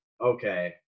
okay